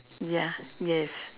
ya yes